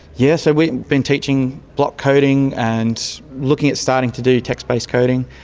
yes, so we've been teaching block coding and looking at starting to do text based coding.